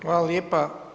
Hvala lijepa.